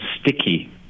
sticky